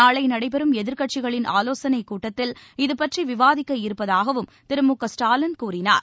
நாளைநடைபெறும் எதிர்க்கட்சிகளின் ஆலோசனைக் கூட்டத்தில் இதுபற்றிவிவாதிக்க இருப்பதாகவும் திரு மு க ஸ்டாலின் கூறினார்